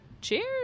Cheers